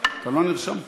תודה לך,